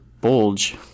bulge